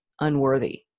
unworthy